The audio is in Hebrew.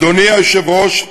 אדוני היושב-ראש,